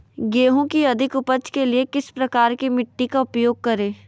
गेंहू की अधिक उपज के लिए किस प्रकार की मिट्टी का उपयोग करे?